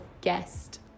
guest